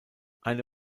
eine